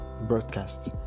broadcast